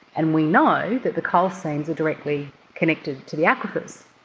and we know that the coal seams are directly connected to the aquifers,